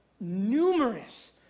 numerous